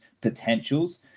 potentials